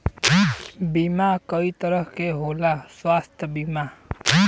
बीमा कई तरह के होता स्वास्थ्य बीमा?